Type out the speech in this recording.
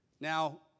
Now